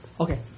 Okay